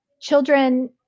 children